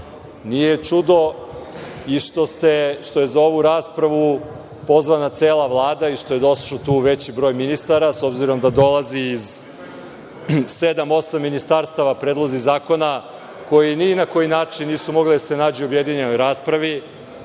Nije čudo i što je za ovu raspravu pozvana cela Vlada i što je došao veći broj ministara, s obzirom da dolazi iz sedam, osam ministarstava predlozi zakona koji ni na koji način nisu mogli da se nađu u objedinjenoj raspravi.